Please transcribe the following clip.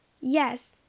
Yes